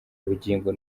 ubugingo